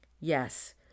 Yes